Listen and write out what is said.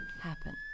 happen